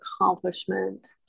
accomplishment